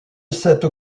cette